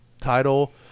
title